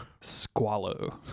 Squallow